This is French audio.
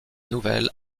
nouvelle